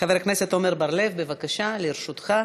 חבר הכנסת עמר בר לב, בבקשה, לרשותך.